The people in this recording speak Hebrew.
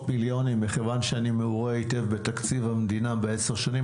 מכיוון שאני מעורה היטב בתקציב המדינה ב-10 שנים